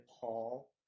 Paul